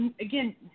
Again